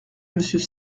monsieur